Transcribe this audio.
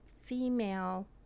female